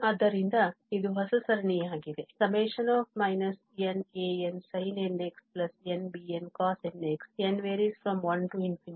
ಆದ್ದರಿಂದ ಇದು ಹೊಸ ಸರಣಿಯಾಗಿದೆ n1 nansinnxnbncosnx